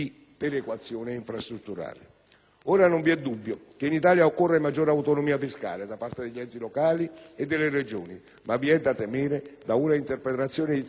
Ora, non vi è dubbio che in Italia occorra maggiore autonomia fiscale da parte degli enti locali e delle Regioni, ma vi è da temere da una interpretazione di tale linea in chiave